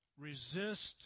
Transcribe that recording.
Resist